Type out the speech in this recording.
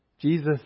Jesus